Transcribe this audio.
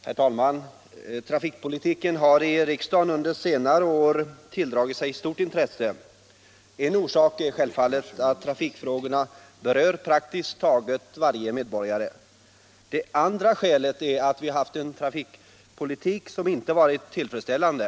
Herr talman! Trafikpolitiken har under senare år tilldragit sig stort intresse. En orsak är självfallet att trafikfrågorna berör praktiskt taget varje medborgare. Det andra skälet är att vi har haft en trafikpolitik som inte varit tillfredsställande.